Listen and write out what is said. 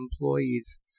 employees